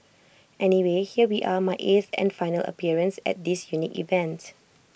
anyway here we are my eighth and final appearance at this unique event